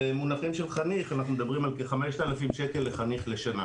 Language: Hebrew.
במונחים של חניך אנחנו מדברים על כ-5,000 שקל לחניך לשנה.